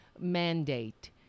mandate